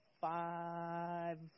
five